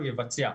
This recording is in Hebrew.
הוא יבצע.